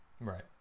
Right